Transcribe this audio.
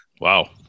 Wow